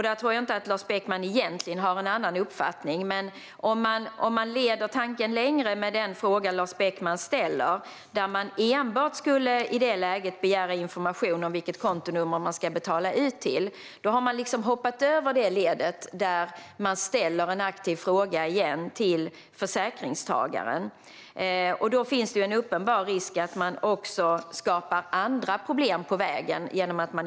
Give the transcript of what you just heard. Där tror jag inte att Lars Beckman egentligen har en annan uppfattning. Men om vi leder tanken längre med den fråga Lars Beckman ställer, där man i det läget enbart skulle begära information om vilket kontonummer man ska betala ut till, har man hoppat över det led där man ställer en aktiv fråga igen till försäkringstagaren. Genom att inte ställa om frågan finns en uppenbar risk att man också skapar andra problem på vägen.